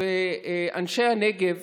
ואנשי הנגב